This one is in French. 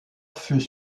fut